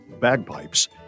bagpipes